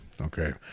okay